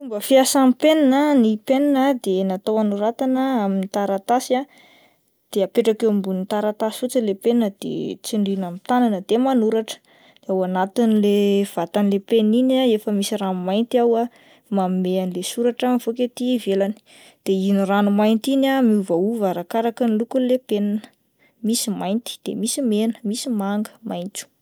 Fomba fiasan'ny penina, ny penina dia natao anoratana amin'ny taratasy ah, de apetraka eo ambon'ny taratasy fotsiny le penina de tsindriana amin'ny tanàna de manoratra, ao anatin'le vatan'le penina iny efa misy ranomainty ao ah manome anle soratra mivoaka ety ivelany, de iny ranomainty iny ah miovaova arakaraka ny lokon'ilay penina, misy mainty de misy mena, manga, maintso.